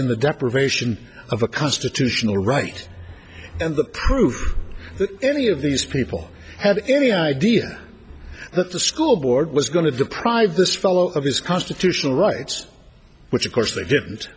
in the deprivation of a constitutional right and the proof that any of these people had any idea that the school board was going to deprive this fellow of his constitutional rights which of course they didn't